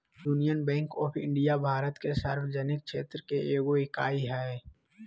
union Bank of India Bharat के सार्वजनिक क्षेत्र के एगो इकाई हइ